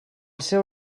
seu